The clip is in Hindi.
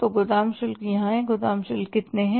तो गोदाम शुल्क यहाँ हैं गोदाम शुल्क कितने हैं